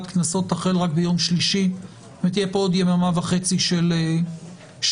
קנסות תחל רק ביום שלישי ותהיה כאן עוד יממה וחצי של היערכות.